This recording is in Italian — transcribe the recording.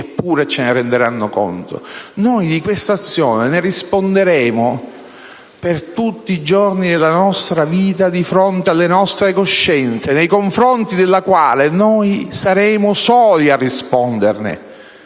pure ce ne chiederanno conto): di questa azione ne risponderemo, per tutti i giorni della nostra vita, di fronte alle nostre coscienze, nei confronti delle quali noi saremo soli a risponderne,